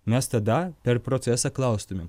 mes tada per procesą klaustumėm